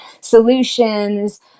solutions